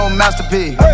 masterpiece